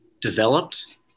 developed